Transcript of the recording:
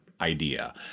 idea